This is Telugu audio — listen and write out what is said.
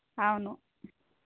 అవును